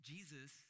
Jesus